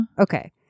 Okay